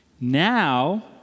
Now